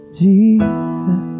jesus